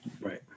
Right